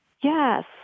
Yes